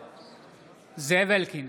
בעד דבי ביטון,